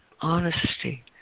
honesty